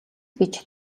гэж